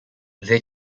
they